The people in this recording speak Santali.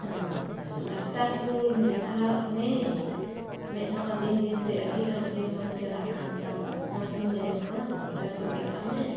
ᱰᱟᱠᱛᱟᱨ ᱠᱚ ᱫᱮᱠᱷᱟᱜ ᱢᱮ ᱢᱮᱫᱦᱟᱢᱟ ᱫᱤᱱ ᱫᱤᱱ ᱛᱮ ᱟᱹᱰᱤ ᱟᱴᱡᱮ ᱢᱚᱸᱡ ᱪᱟᱞᱟᱜ ᱠᱟᱱ ᱛᱟᱢ ᱢᱚᱸᱡ ᱜᱮᱢ ᱧᱮᱞᱚᱜ ᱠᱟᱱ ᱰᱟᱠᱛᱟᱨ ᱠᱩᱡ ᱫᱮᱠᱷᱟᱜ ᱢᱮ